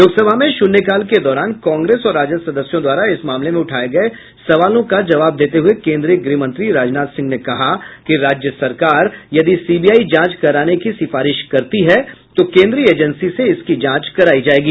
लोकसभा में शून्यकाल के दौरान कांग्रेस और राजद सदस्यों द्वारा इस मामले में उठाये गये सवालों का जवाब देते हुए केन्द्रीय गृह मंत्री राजनाथ सिंह ने कहा कि राज्य सरकार यदि सीबीआई जांच कराने की सिफारिश करती है तो केन्द्रीय एजेंसी से इसकी जांच करायी जायेगी